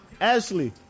Ashley